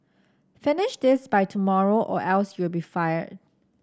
finish this by tomorrow or else you'll be fired